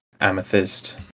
amethyst